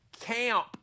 camp